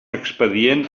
expedient